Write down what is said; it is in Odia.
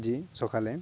ଆଜି ସକାଳେ